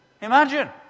Imagine